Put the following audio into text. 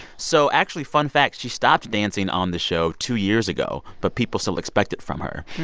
so actually, fun fact she stopped dancing on the show two years ago. but people still expect it from her.